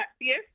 Yes